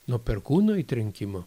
nuo perkūno įtrenkimo